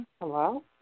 Hello